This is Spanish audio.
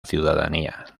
ciudadanía